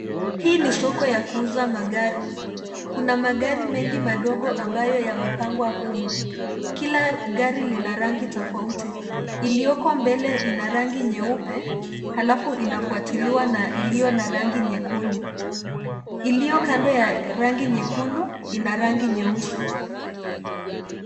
Hii ni soko ya kuuza magari. Kuna magari mengi madogo ambayo yamepangwa humu. Kina gari lina rangi tofauti. Iliyoko mbele ina rangi nyeupe halafu inafuatiliwa na iliyo na rangi nyekundu. Iliyo kando ya rangi nyekundu ina rangi nyeusi.